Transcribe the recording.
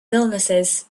illnesses